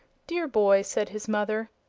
dear boy! said his mother,